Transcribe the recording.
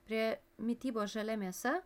prie mitybos žalia mėsa